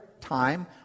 time